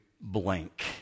blank